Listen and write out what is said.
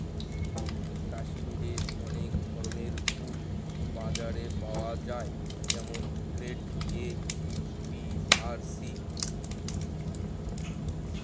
কাশ্মিরে অনেক ধরনের উল বাজারে পাওয়া যায় যেমন গ্রেড এ, বি আর সি